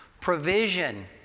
Provision